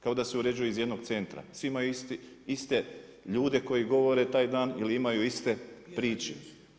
Kao da se uređuje iz jednog centra svi imaju iste ljude koji govore taj dan ili imaju iste priče.